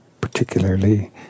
particularly